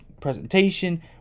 presentation